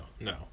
no